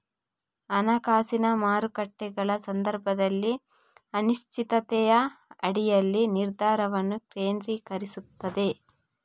ಹಣಕಾಸಿನ ಮಾರುಕಟ್ಟೆಗಳ ಸಂದರ್ಭದಲ್ಲಿ ಅನಿಶ್ಚಿತತೆಯ ಅಡಿಯಲ್ಲಿ ನಿರ್ಧಾರವನ್ನು ಕೇಂದ್ರೀಕರಿಸುತ್ತದೆ